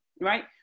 right